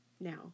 now